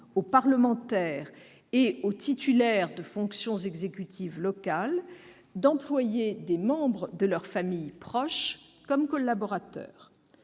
aux parlementaires et aux titulaires de fonctions exécutives locales d'employer des membres de leur famille proche comme collaborateurs.